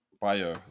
bio